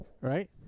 right